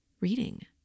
reading